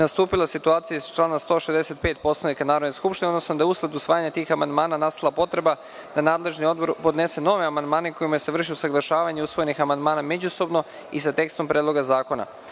nastupila situacija iz člana 165. Poslovnika Narodne skupštine, odnosno da je usled usvajanja tih amandmana nastala potreba da nadležni odbor podnese nove amandmane kojima se vrši usaglašavanje usvojenih amandmana međusobno i sa tekstom Predloga zakona. Radi